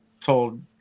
told